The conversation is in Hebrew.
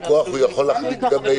כוח הוא יכול להחליט גם באיזה תחומים.